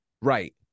Right